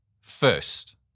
first